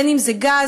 בין אם זה גז,